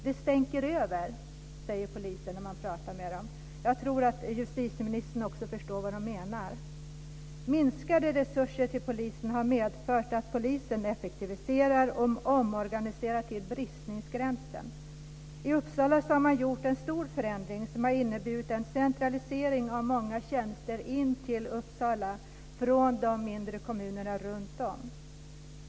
Det stänker över, säger poliserna när man pratar med dem. Jag tror att justitieministern också förstår vad de menar. Minskade resurser till polisen har medfört att polisen effektiviserar och omorganiserar till bristningsgränsen. I Uppsala län har man gjort en stor förändring som har inneburit en centralisering av många tjänster in till Uppsala från de mindre kommunerna runtom.